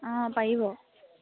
অঁ পাৰিব